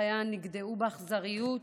חייה נגדעו באכזריות